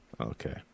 Okay